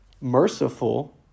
merciful